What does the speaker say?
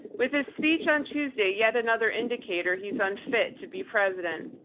with his speech on tuesday, yet another indicator he's unfit to be president.